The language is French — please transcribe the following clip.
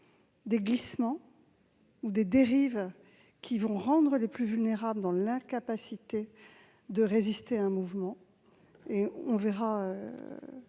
des glissements ou des dérives qui vont rendre les plus vulnérables dans l'incapacité de résister à un mouvement. Et nous verrons,